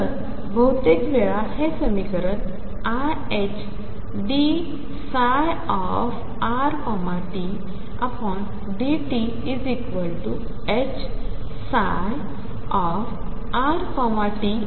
तर बहुतेकवेळाहेसमीकरण iℏdψrtdtHψrt